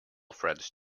french